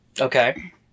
Okay